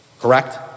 correct